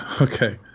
okay